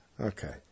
Okay